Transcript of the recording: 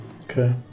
Okay